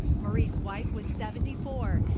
maurice white was seventy four.